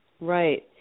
Right